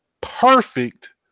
perfect